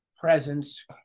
presence